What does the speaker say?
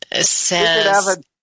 says